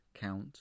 count